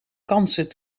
kansen